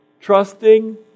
trusting